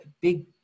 big